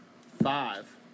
Five